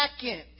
second